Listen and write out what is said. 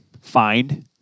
find